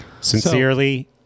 Sincerely